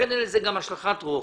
לכן אין לזה גם השלכת רוחב,